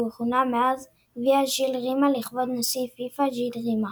והוא כונה מאז גביע ז'יל רימה לכבוד נשיא פיפ"א ז'יל רימה.